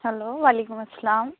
hello وعلیکم السلام